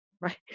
right